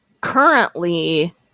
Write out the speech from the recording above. currently